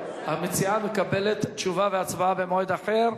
המציעה מקבלת תשובה והצבעה במועד אחר.